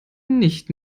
nicht